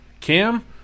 Cam